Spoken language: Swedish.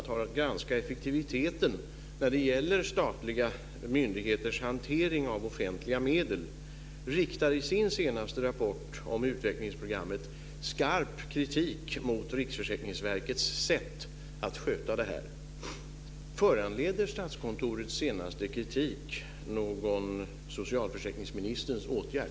har att granska effektiviteten i statliga myndigheters hantering av offentliga medel riktar i sin senaste rapport om utvecklingsprogrammet skarp kritik mot Riksförsäkringsverkets sätt att sköta det. Föranleder Statskontorets senaste kritik någon socialförsäkringsministerns åtgärd?